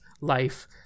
life